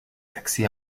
accès